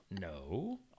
no